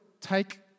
take